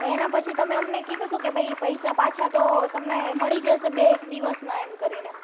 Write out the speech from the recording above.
તો એના પછી તમે અમને કીધું તું કે ભાઈ પૈસા પાછા તો તમને મળી જશે બે એક દિવસમાં એમ કરીને